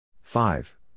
Five